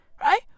Right